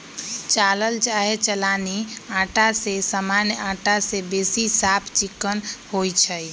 चालल चाहे चलानी अटा जे सामान्य अटा से बेशी साफ चिक्कन होइ छइ